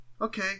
okay